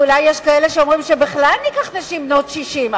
ואולי יש כאלה שאומרים שבכלל ניקח בנות 60,